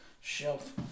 shelf